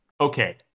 Okay